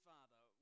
Father